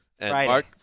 Right